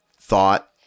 thought